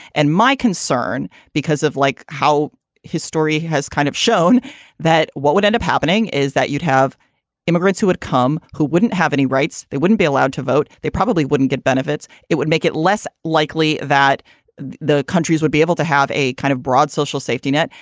and my concern because of like how history has kind of shown that what would end up happening is that you'd have immigrants who would come, who wouldn't have any rights. they wouldn't be allowed to vote. they probably wouldn't get benefits. it would make it less likely that the countries would be able to have a kind of broad social safety net.